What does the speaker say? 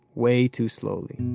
way too slowly.